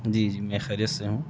جی جی میں خیریت سے ہوں